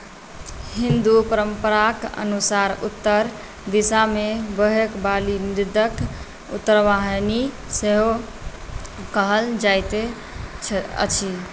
हिन्दू परम्पराक अनुसार उत्तर दिशामे बहय बाली नदीकेँ उत्तरवाहिनी सेहो कहल जाइत अछि